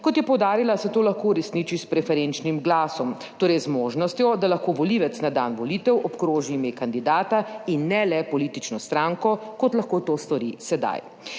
Kot je poudarila, se to lahko uresniči s preferenčnim glasom, torej z možnostjo, da lahko volivec na dan volitev obkroži ime kandidata in ne le politično stranko, kot lahko to stori sedaj.